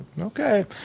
Okay